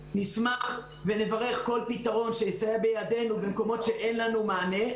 נשמח ונברך כל פתרון שיסייע בידינו במקומות שאין לנו מענה.